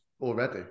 already